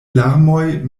larmoj